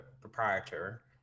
proprietor